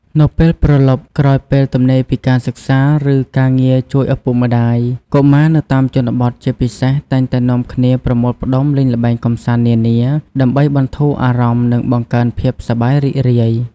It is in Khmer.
នៅពេលព្រលប់ ក្រោយពេលទំនេរពីការសិក្សា ឬការងារជួយឪពុកម្តាយ កុមារនៅតាមជនបទ ជាពិសេស តែងតែនាំគ្នាប្រមូលផ្តុំលេងល្បែងកម្សាន្តនានា ដើម្បីបន្ធូរអារម្មណ៍ និងបង្កើនភាពសប្បាយរីករាយ ។